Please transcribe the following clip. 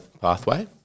pathway